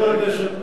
חבר הכנסת,